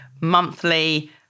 monthly